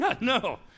No